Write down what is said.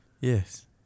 Yes